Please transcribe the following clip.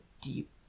deep